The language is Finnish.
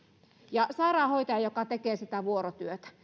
joka tekee sitä vuorotyötä